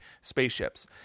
spaceships